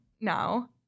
now